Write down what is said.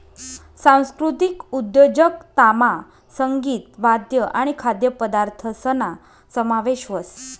सांस्कृतिक उद्योजकतामा संगीत, वाद्य आणि खाद्यपदार्थसना समावेश व्हस